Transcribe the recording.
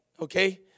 Okay